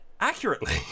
accurately